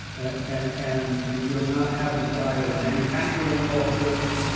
and you're not having to either manufacture impulses,